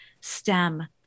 stem